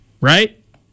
right